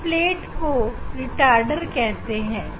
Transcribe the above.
इन plate को recorder कहते हैं